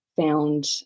found